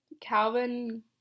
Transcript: calvin